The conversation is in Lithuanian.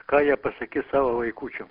ką jie pasakis savo vaikučiam